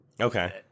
Okay